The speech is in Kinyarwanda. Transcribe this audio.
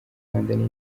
urwanda